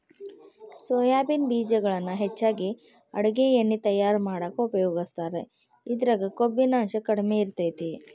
soybean ಬೇಜಗಳನ್ನ ಹೆಚ್ಚಾಗಿ ಅಡುಗಿ ಎಣ್ಣಿ ತಯಾರ್ ಮಾಡಾಕ ಉಪಯೋಗಸ್ತಾರ, ಇದ್ರಾಗ ಕೊಬ್ಬಿನಾಂಶ ಕಡಿಮೆ ಇರತೇತಿ